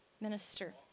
minister